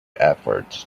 efforts